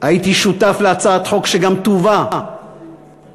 הייתי שותף להצעת חוק שגם תובא לחקיקה.